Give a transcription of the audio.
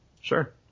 sure